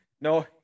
no